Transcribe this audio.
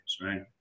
right